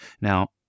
Now